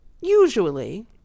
usually